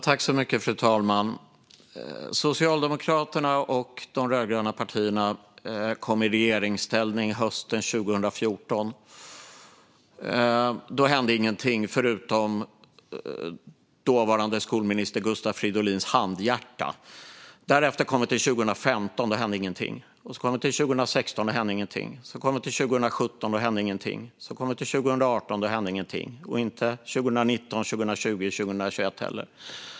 Herr talman! Socialdemokraterna och de andra rödgröna partierna kom i regeringsställning hösten 2014. Då hände ingenting, förutom dåvarande skolminister Gustav Fridolins handhjärta. År 2015 kom, och det hände ingenting. År 2016 kom, och det hände ingenting. År 2017 kom, och det hände ingenting. År 2018 kom, och det hände ingenting. Det gjorde det inte 2019, 2020 eller 2021 heller.